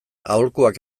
aholkuak